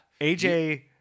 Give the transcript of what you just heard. AJ –